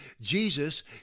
Jesus